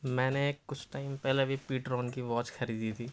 میں نے کچھ ٹائم پہلے ابھی پیٹرون کی واچ خریدی تھی